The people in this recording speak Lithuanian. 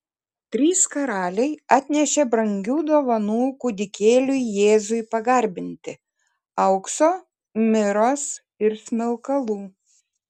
trys karaliai atnešė brangių dovanų kūdikėliui jėzui pagarbinti aukso miros ir smilkalų